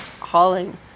hauling